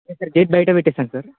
లేదు sir gate బయట పెట్టేసాను సార్